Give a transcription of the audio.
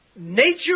nature